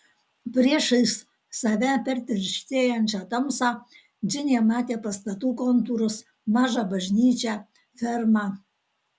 priešais save per tirštėjančią tamsą džinė matė pastatų kontūrus mažą bažnyčią fermą